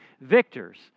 victors